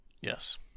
yes